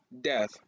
Death